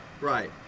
Right